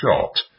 shot